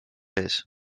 ees